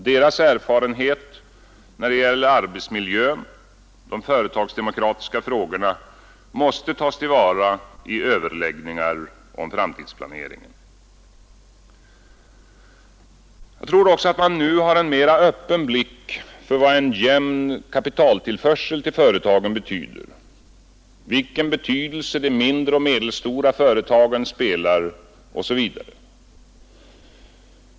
Deras erfarenhet när det gäller arbetsmiljö och företagsdemokratiska frågor måste tas till vara i överläggningar om framtidsplaneringen. Jag tror också att man nu har en mera öppen blick för vad en jämn kapitaltillförsel till företagen betyder, vilken roll de mindre och medelstora företagen spelar osv.